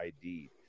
id